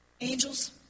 Angels